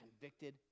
convicted